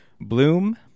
Bloom